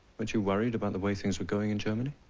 weren't you worried about the way things were going in germany?